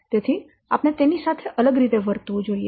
તેથી આપણે તેની સાથે અલગ રીતે વર્તવું જોઈએ